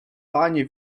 panie